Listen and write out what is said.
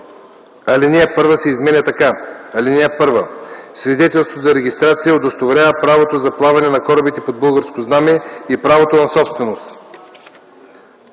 Алинея 1 се изменя така: „(1) Свидетелството за регистрация удостоверява правото за плаване на корабите под българско знаме и правото на собственост.”